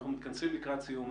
אנחנו מתכנסים לקראת סיום.